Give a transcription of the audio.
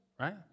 right